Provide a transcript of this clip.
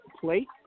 plate